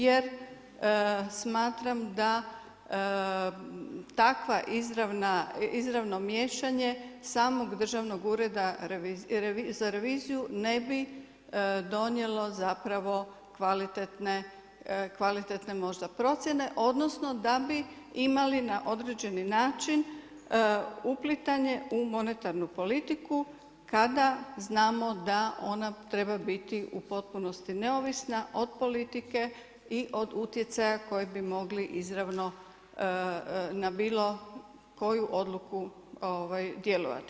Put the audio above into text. Jer smatram da takva izravna, izravno miješanje samog Državnog ureda za reviziju ne bi donijelo zapravo kvalitetne procjene, odnosno, da bi imali na određeni način uplitanje u monetarnu politiku kada znamo da ona treba biti u potpunosti neovisna od politike i od utjecaja koji bi mogli izravno na bilo koju odluku djelovati.